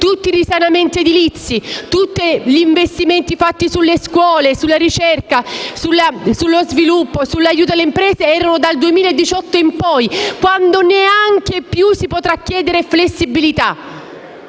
2018. I risanamenti edilizi e tutti gli investimenti fatti sulle scuole, sulla ricerca, sullo sviluppo e per l'aiuto alle imprese erano previsti dal 2018 in poi, quando neanche più si potrà chiedere flessibilità.